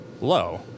low